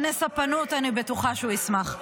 בטוחה שהוא ישמח.